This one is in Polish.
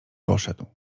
poszedł